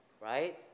right